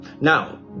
now